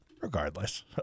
regardless